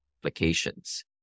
applications